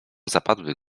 zapadły